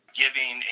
giving